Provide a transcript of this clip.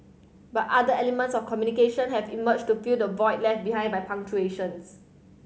but other elements of communication have emerged to fill the void left behind by punctuations